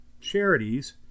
charities